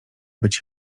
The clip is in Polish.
być